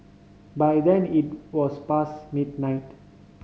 by then it was past midnight